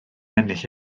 ennill